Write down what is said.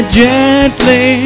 gently